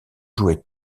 joué